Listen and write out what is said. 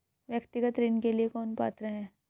व्यक्तिगत ऋण के लिए कौन पात्र है?